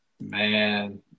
Man